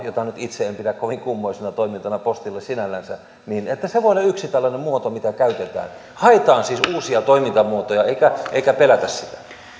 jota nyt itse en pidä kovin kummoisena toimintana postille sinällänsä voi olla yksi tällainen muoto mitä käytetään haetaan siis uusia toimintamuotoja eikä pelätä